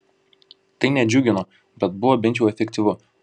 tai nedžiugino bet buvo bent jau efektyvu